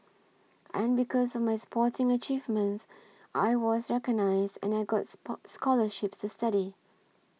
and because of my sporting achievements I was recognised and I got scholarships to study